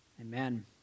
Amen